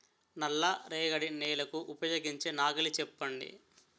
నల్ల రేగడి నెలకు ఉపయోగించే నాగలి చెప్పండి?